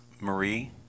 Marie